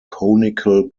conical